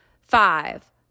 five